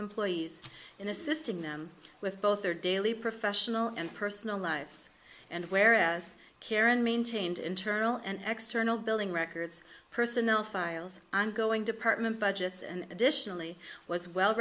employees in assisting them with both their daily professional and personal lives and where as karen maintained internal and external billing records personnel files ongoing department budgets and additionally was well